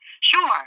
Sure